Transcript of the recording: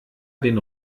den